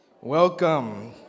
Welcome